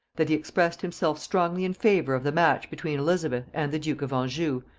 that he expressed himself strongly in favor of the match between elizabeth and the duke of anjou,